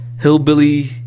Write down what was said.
hillbilly